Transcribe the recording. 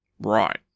Right